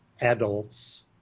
adults